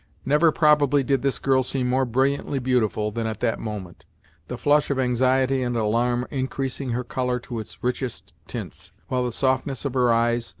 never probably did this girl seem more brilliantly beautiful than at that moment the flush of anxiety and alarm increasing her color to its richest tints, while the softness of her eyes,